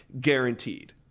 guaranteed